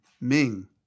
Ming